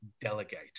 delegate